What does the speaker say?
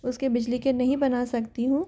उसके बिजली के नहीं बन सकती हूँ